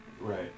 Right